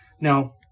Now